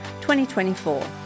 2024